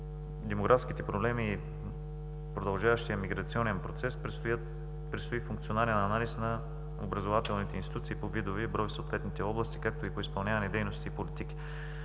демографските проблеми, продължаващият миграционен процес предстои функционален анализ на образователните институции по видове и брой в съответните области, както и по изпълнение на дейности и политики.